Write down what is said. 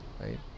Right